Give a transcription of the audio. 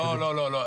לא, לא.